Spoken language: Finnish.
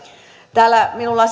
täällä minulla